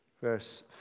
verse